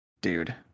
dude